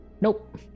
Nope